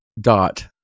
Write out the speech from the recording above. dot